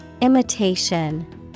Imitation